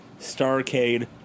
Starcade